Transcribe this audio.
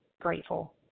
grateful